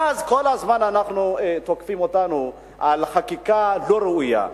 אז כל הזמן תוקפים אותנו על חקיקה לא ראויה.